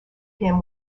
him